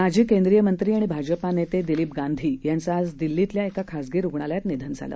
माजी केंद्रीय मंत्री आणि भाजपा नेते दिलीप गांधी यांचं आज दिल्लीमधल्या एका खाजगी रुग्णालयात निधन झालं